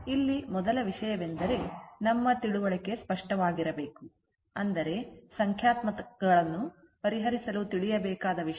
ಇಲ್ಲಿ ಮೊದಲ ವಿಷಯವೆಂದರೆ ನಮ್ಮ ತಿಳುವಳಿಕೆ ಸ್ಪಷ್ಟವಾಗಿರಬೇಕು ಅಂದರೆ ಸಂಖ್ಯಾತ್ಮಕಗಳನ್ನು ಪರಿಹರಿಸಲು ತಿಳಿಯಬೇಕಾದ ವಿಷಯಗಳು ಸಂಪೂರ್ಣವಾಗಿ ಸ್ಪಷ್ಟವಾಗಿರುತ್ತವೆ